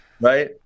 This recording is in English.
Right